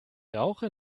rauche